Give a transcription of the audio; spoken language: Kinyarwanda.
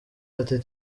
ati